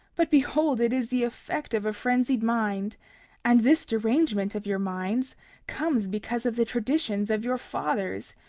but behold, it is the effect of a frenzied mind and this derangement of your minds comes because of the traditions of your fathers,